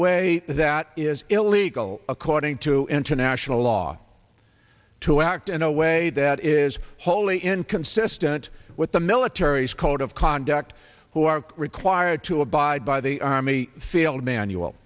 way that is illegal according to international law to act in a way that is wholly inconsistent with the military's code of conduct who are required to abide by the army field manual